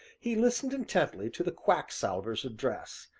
he listened intently to the quack-salver's address,